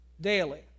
Daily